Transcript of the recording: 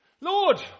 Lord